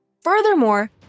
Furthermore